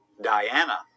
Diana